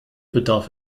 bedarf